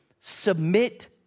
submit